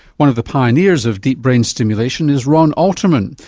one of the pioneers of deep brain stimulation is ron alterman,